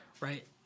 Right